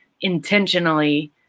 intentionally